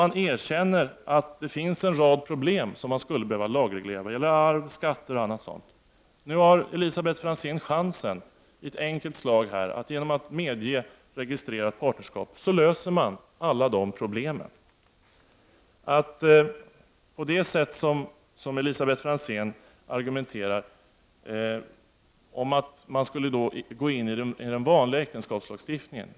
Man erkänner att det finns en rad problem för vilka det skulle behövas en lagreglering, vad gäller arv, skatter osv. Nu har Elisabet Franzén chansen att helt enkelt gå med på registrerat partnerskap. Genom ett sådant löser man alla de problemen. Elisabet Franzén argumenterar för att man skulle ta in dessa frågor i den nu gällande äktenskapslagstiftningen.